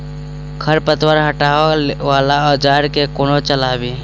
खरपतवार हटावय वला औजार केँ कोना चलाबी?